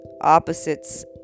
opposites